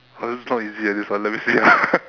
!wah! this is not easy eh this one let me see ah